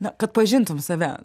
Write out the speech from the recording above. na kad pažintum save